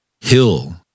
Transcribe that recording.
hill